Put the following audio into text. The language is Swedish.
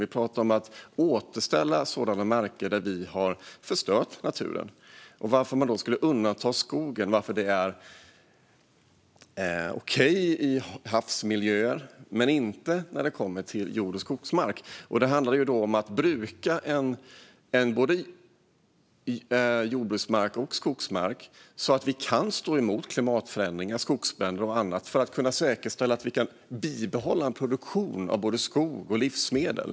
Vi pratar om att återställa marker där vi har förstört naturen. Varför skulle man då undanta skogen? Varför är det okej i havsmiljöer men inte när det gäller jordbruks och skogsmark? Det handlar om att bruka både jordbruks och skogsmark så att vi kan stå emot klimatförändringar, skogsbränder och annat för att säkerställa att vi kan bibehålla en produktion av både skog och livsmedel.